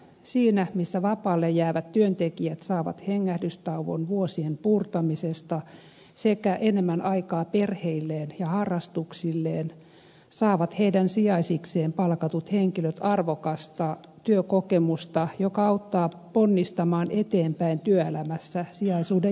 siinä missä vapaalle jäävät työntekijät saavat hengähdystauon vuosien puurtamisesta sekä enemmän aikaa perheilleen ja harrastuksilleen saavat heidän sijaisikseen palkatut henkilöt arvokasta työkokemusta joka auttaa ponnistamaan eteenpäin työelämässä sijaisuuden jälkeenkin